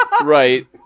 Right